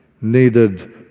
needed